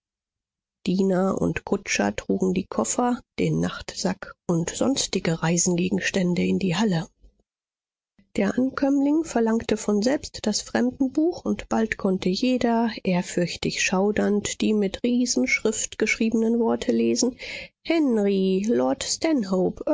diener und kutscher trugen die koffer den nachtsack und sonstige reisegegenstände in die halle der ankömmling verlangte von selbst das fremdenbuch und bald konnte jeder ehrfürchtig schaudernd die mit riesenschrift geschriebenen worte lesen henry